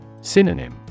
Synonym